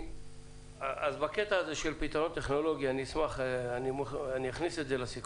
הקטע הזה של פתרון טכנולוגי, אני אכניס לסיכום.